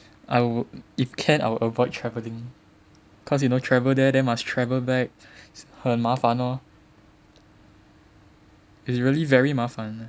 I would if can I will avoid travelling cause you know travel there then must travel back 很麻烦 lor is really very 麻烦